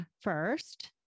first